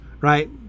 right